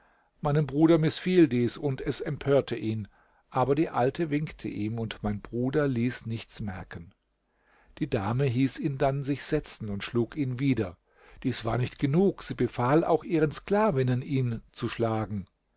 meinem bruder mißfiel dies und es empörte ihn aber die alte winkte ihm und mein bruder ließ nichts merken die dame hieß ihn dann sich setzen und schlug ihn wieder dies war nicht genug sie befahl auch ihren sklavinnen ihn zu schlagen